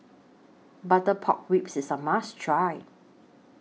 Butter Pork Ribs IS A must Try